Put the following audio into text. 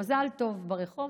"מזל טוב" ברחוב.